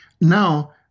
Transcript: now